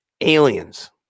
Aliens